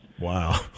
Wow